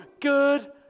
Good